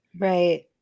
Right